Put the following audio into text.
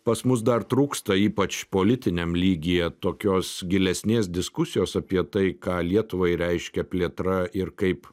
pas mus dar trūksta ypač politiniam lygyje tokios gilesnės diskusijos apie tai ką lietuvai reiškia plėtra ir kaip